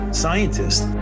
scientists